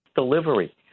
delivery